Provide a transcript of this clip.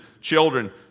children